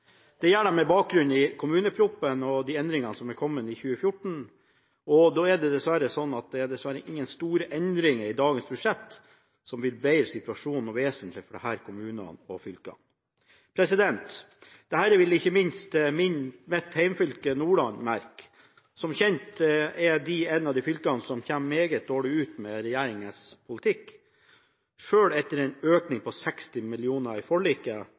Det gjør de med bakgrunn i kommuneproposisjonen og de endringene som er kommet i 2014. Da er det dessverre sånn at det er ingen store endringer i dagens budsjett som vil bedre situasjonen noe vesentlig for disse kommunene og fylkene. Dette vil ikke minst mitt hjemfylke, Nordland, merke. Som kjent er det et av de fylkene som kommer meget dårlig ut med regjeringens politikk. Selv etter en økning på 60 mill. kr. til fylkeskommunene i forliket,